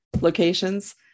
locations